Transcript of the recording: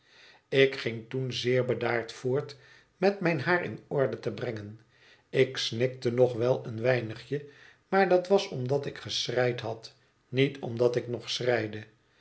ik ging toen zeer bedaard voort met mijn haar in orde te brengen ik snikte nog wel een weinig e maar dat was omdat ik geschreid had niet omdat ik nog